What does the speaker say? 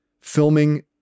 filming